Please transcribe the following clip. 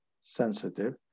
sensitive